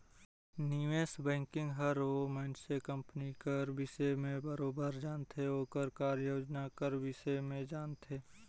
निवेस बैंकिंग हर ओ मइनसे कर कंपनी कर बिसे में बरोबेर जानथे ओकर कारयोजना कर बिसे में जानथे